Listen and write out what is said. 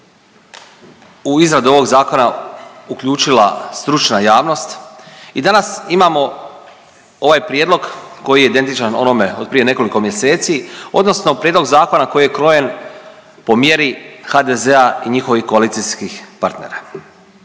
u izradu ovog zakona uključila stručna javnost i danas imamo ovaj prijedlog koji je identičan onome od prije nekoliko mjeseci odnosno prijedlog zakona koji je krojen po mjeri HDZ-a i njihovih koalicijskih partnera.